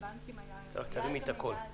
לבנקים --- תרימי את הקול.